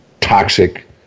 toxic